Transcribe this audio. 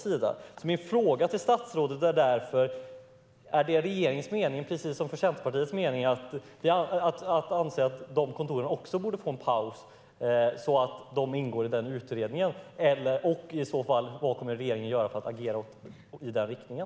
Min fråga till statsrådet är därför: Anser regeringen, precis som Centerpartiet gör, att de kontoren också borde få en paus och ingå i utredningen? Och vad kommer regeringen i så fall att göra för att agera i den riktningen?